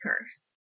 curse